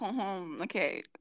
Okay